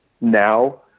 now